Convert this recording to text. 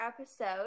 episode